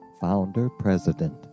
founder-president